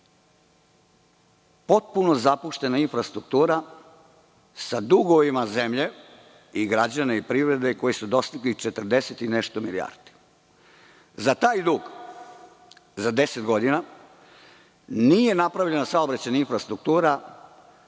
Potpuno zapuštena infrastruktura sa dugovima zemlje i građana i privrede koji su dostigli 40 i nešto milijardi. Za taj dug za 10 godina nije napravljena saobraćajna infrastruktura,